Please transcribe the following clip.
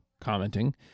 commenting